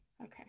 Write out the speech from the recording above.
okay